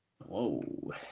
Whoa